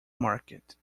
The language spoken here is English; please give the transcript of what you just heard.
market